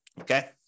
okay